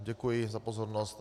Děkuji za pozornost.